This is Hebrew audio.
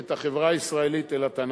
ואת החברה הישראלית אל התנ"ך.